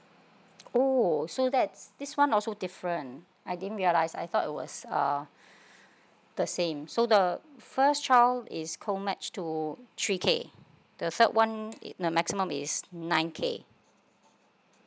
oh so that's this one also different I didn't realise I thought it was uh the same so the first child is co match to three K the third one the maximum is nine K